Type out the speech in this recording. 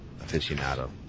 aficionado